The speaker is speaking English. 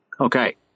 Okay